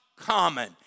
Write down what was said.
common